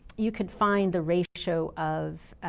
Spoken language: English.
you can find the ratio of